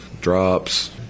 drops